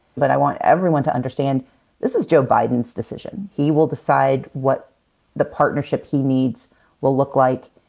but i want everyone to understand this is joe biden's decision. he will decide what the partnership he needs will look like,